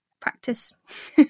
practice